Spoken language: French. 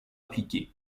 appliqué